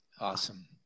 Awesome